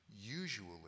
usually